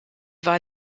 war